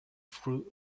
through